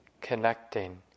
connecting